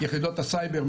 יחידות הסייבר,